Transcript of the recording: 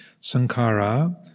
Sankara